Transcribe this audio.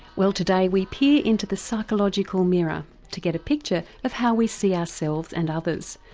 well today we peer into the psychological mirror to get a picture of how we see ourselves and others,